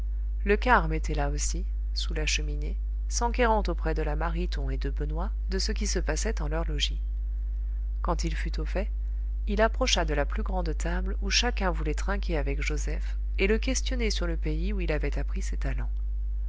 le carme était là aussi sous la cheminée s'enquérant auprès de la mariton et de benoît de ce qui se passait en leur logis quand il fut au fait il approcha de la plus grande table où chacun voulait trinquer avec joseph et le questionner sur le pays où il avait appris ses talents